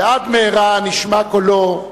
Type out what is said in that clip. ועד מהרה נשמע קולו,